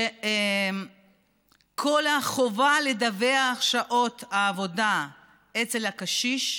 כל החובה לדווח שעות עבודה אצל הקשיש,